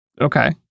Okay